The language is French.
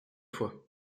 fois